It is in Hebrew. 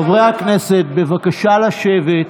חברי הכנסת, בבקשה לשבת,